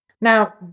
Now